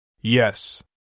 Yes